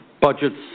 budgets